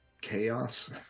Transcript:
chaos